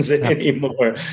anymore